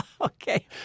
Okay